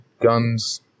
guns